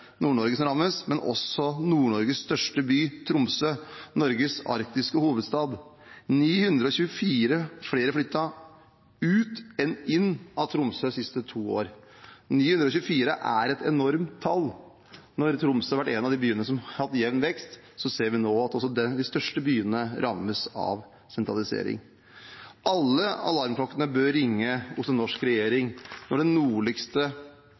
som rammes, men også Nord-Norges største by, Tromsø, Norges arktiske hovedstad. Det var 924 flere som flyttet ut av enn inn til Tromsø de siste to årene. Tallet 924 er enormt når Tromsø har vært en av de byene som har hatt jevn vekst. Nå ser vi at også de største byene rammes av sentralisering. Alle alarmklokkene bør ringe hos en norsk regjering når den nordligste